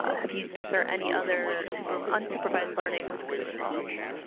have used this or any other supervised, unsupervised learning with good results.